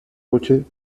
coche